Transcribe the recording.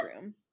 room